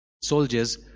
soldiers